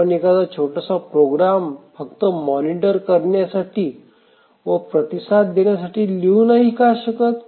आपण एखादा छोटासा प्रोग्रॅम फक्त मॉनिटर करण्यासाठी व प्रतिसाद देण्यासाठी लिहू नाही का शकत